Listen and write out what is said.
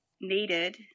needed